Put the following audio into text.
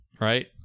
right